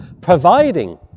providing